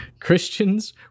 Christians